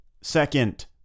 Second